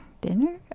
Dinner